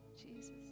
Jesus